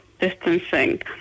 distancing